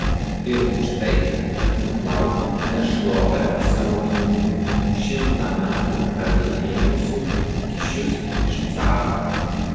ir už tai kad nuplautų nešlovę savo giminių šimtą metų ramiai ėmusių kyšius iš caro